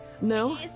No